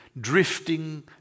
drifting